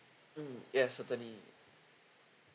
mm yes certainly